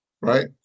right